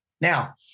Now